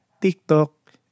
TikTok